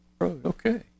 Okay